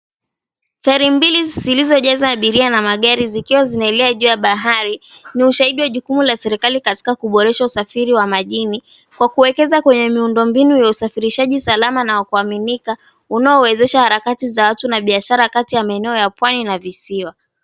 Feri mbili zilizojaza abiria na magari, zikiwa zinaelea juu ya bahari. Ni ushahidi wa jukumu la serikali katika kuboresha usafiri wa majini. Kwa kuwekeza kwenye miundombinu ya usafirishaji salama na wa kuaminika, unaowezesha harakati za watu na biashara kati ya maeneo ya pwani na visiwa.